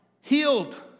Healed